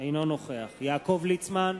אינו נוכח יעקב ליצמן,